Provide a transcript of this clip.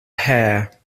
hare